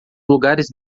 lugares